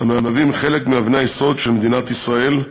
המהווים חלק מאבני היסוד של מדינת ישראל,